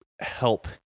help